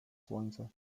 słońce